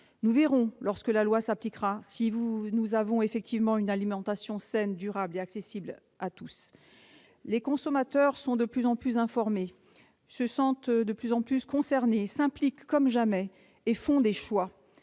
Nous verrons, lorsque la loi s'appliquera, si l'alimentation devient effectivement saine, durable et accessible à tous. Les consommateurs sont de mieux en mieux informés, se sentent de plus en plus concernés, s'impliquent comme jamais et font des choix.